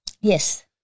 Yes